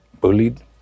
bullied